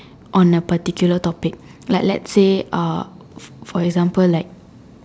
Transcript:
on a particular topic like let's say uh for example like